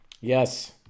Yes